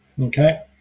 okay